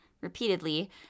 repeatedly